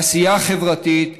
לעשייה חברתית,